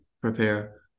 prepare